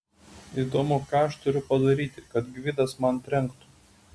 įdomu ką aš turiu padaryti kad gvidas man trenktų